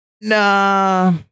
Nah